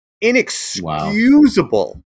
inexcusable